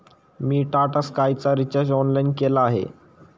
मी टाटा स्कायचा recharge online केला आहे